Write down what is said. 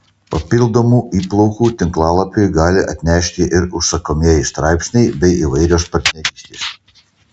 papildomų įplaukų tinklalapiui gali atnešti ir užsakomieji straipsniai bei įvairios partnerystės